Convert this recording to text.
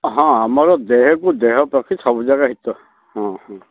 ହଁ ଆମର ଦେହକୁ ଦେହ ପକ୍ଷେ ସବୁ ଜାଗାରେ ହିତ ହଁ ହଁ